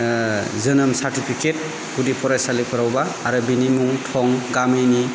जोनोम सार्टिफिकेट गुदि फरायसालिफोरावबा आरो बिनि मुं थं गामिनि